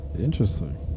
Interesting